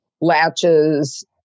latches